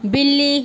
बिल्ली